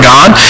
God